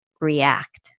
react